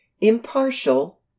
impartial